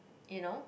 you know